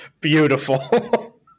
Beautiful